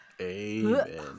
Amen